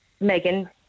Megan